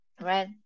right